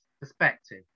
perspective